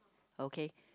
okay